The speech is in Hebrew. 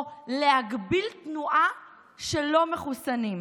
או להגביל תנועה של לא מחוסנים?